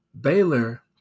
Baylor